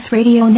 Radio